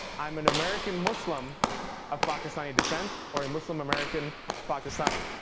i'm an american muslim of pakistani descent or a muslim-american pakistani.